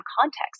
context